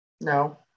no